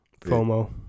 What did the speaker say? FOMO